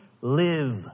live